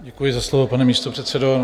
Děkuji za slovo, pane místopředsedo.